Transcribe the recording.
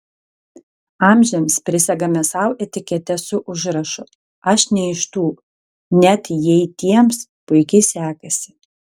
amžiams prisegame sau etiketę su užrašu aš ne iš tų net jei tiems puikiai sekasi